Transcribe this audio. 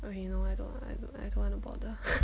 okay I don't I don't I don't wanna bother